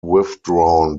withdrawn